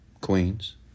Queens